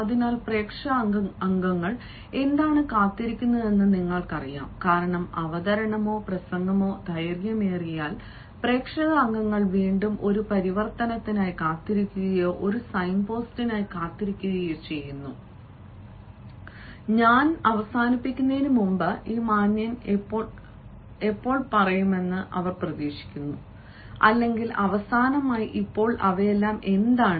അതിനാൽ പ്രേക്ഷക അംഗങ്ങൾ എന്താണ് കാത്തിരിക്കുന്നതെന്ന് നിങ്ങൾക്കറിയാം കാരണം അവതരണമോ പ്രസംഗമോ ദൈർഘ്യമേറിയാൽ പ്രേക്ഷക അംഗങ്ങൾ വീണ്ടും ഒരു പരിവർത്തനത്തിനായി കാത്തിരിക്കുകയോ ഒരു സൈന്പോസ്റ്റിനായി കാത്തിരിക്കുകയോ ചെയ്യുന്നു ഞാൻ അടയ്ക്കുന്നതിന് മുമ്പ് ഈ മാന്യൻ എപ്പോൾ പറയുമെന്ന് അവർ പ്രതീക്ഷിക്കുന്നു അല്ലെങ്കിൽ അവസാനമായി ഇപ്പോൾ ഇവയെല്ലാം എന്താണ്